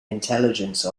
intelligence